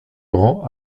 rend